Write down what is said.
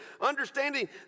Understanding